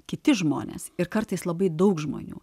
kiti žmonės ir kartais labai daug žmonių